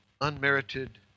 unmerited